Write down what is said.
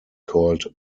called